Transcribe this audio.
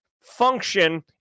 Function